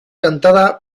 cantada